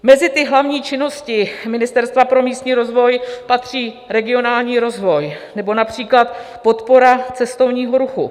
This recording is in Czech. Mezi hlavní činnosti Ministerstva pro místní rozvoj patří regionální rozvoj nebo například podpora cestovního ruchu.